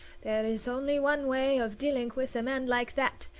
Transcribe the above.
there is only one way of dilling with a man like that.